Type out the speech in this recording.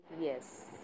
yes